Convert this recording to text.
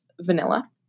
vanilla